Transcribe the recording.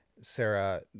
Sarah